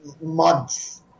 months